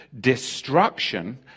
Destruction